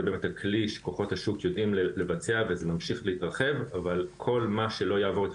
זה הכלי שכוחות השוק יודעים לבצע ולהמשיך להתרחב אבל כל מה שלא יעבור,